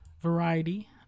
variety